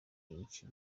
iki